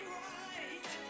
right